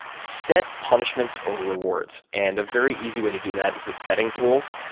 set punishments or rewards, and a very easy way to do that is with betting pools.